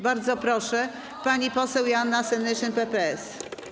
Bardzo proszę, pani poseł Joanna Senyszyn, PPS.